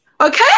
Okay